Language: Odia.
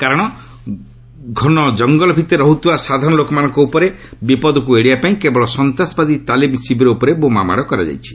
କାରଣ ଘନ ଜଙ୍ଗଲ ଭିତରେ ରହୁଥିବା ସାଧାରଣ ଲୋକମାନଙ୍କ ଉପରେ ବିପଦକୁ ଏଡ଼ାଇବାପାଇଁ କେବଳ ସନ୍ତାସବାଦୀ ତାଲିମ୍ ଶିବିର ଉପରେ ବୋମାମାଡ଼ କରାଯାଇଛି